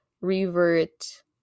revert